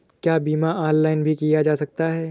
क्या बीमा ऑनलाइन भी किया जा सकता है?